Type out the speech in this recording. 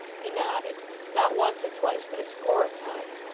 he nodded not once or twice, but a score of times,